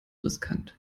riskant